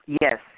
Yes